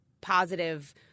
positive